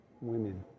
women